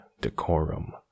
decorum